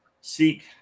Seek